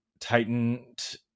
tightened